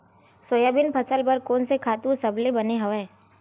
Soybean फसल बर कोन से खातु सबले बने हवय?